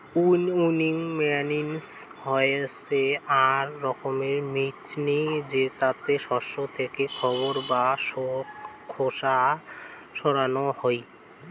winnowing machine হসে আক রকমের মেচিন জেতাতে শস্য থেকে খড় বা খোসা সরানো হই